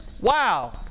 wow